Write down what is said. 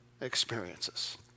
experiences